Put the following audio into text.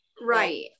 right